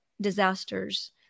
disasters